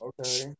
Okay